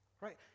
right